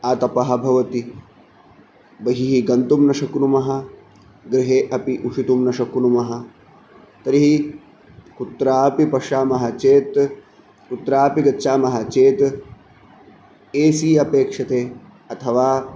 आतपः भवति बहिः गन्तुं न शक्नुमः गृहे अपि उषितुं न शक्नुमः तर्हि कुत्रापि पश्यामः चेत् कुत्रापि गच्छामः चेत् ए सि अपेक्षते अथवा